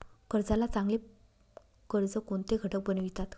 कर्जाला चांगले कर्ज कोणते घटक बनवितात?